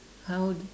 how